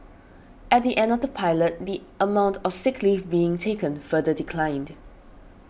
at the end of the pilot the amount of sick leave being taken further declined